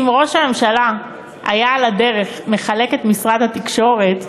אם ראש הממשלה היה על הדרך מחלק את משרד התקשורת,